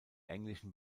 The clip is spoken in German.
englischen